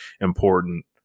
important